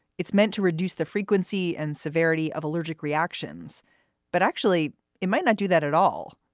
it's meant to reduce the frequency and severity of allergic reactions but actually it might not do that at all.